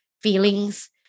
feelings